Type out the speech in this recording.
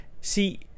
See